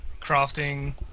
crafting